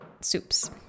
soups